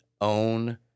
own